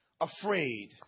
afraid